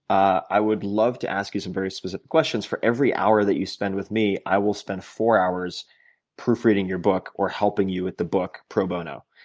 i would love to ask you some very specific questions. for every hour that you spend with me i will spend four hours proofreading your book or helping you with the book pro bono.